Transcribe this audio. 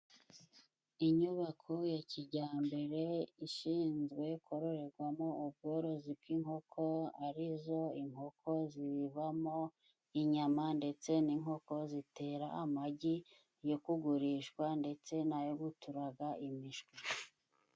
Inyubako ya kijyambere ishinzwe kororerwamo ubworozi bw'inkoko arizo inkoko zibibamo inyama ndetse n'inkoko zitera amagi yo kugurishwa ndetse n'ayo guturaga imishwi.